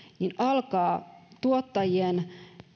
niin alkaa tuottajien